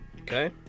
Okay